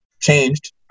changed